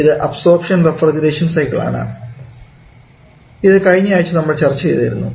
ഇത് absorption refrigeration cycle ആണ് ഇത് കഴിഞ്ഞ ആഴ്ച നമ്മൾ ചർച്ച ചെയ്തിരുന്നു